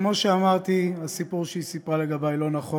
כמו שאמרתי, הסיפור שהיא סיפרה לגבי לא נכון.